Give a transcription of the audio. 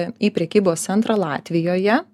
į prekybos centrą latvijoje